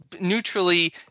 Neutrally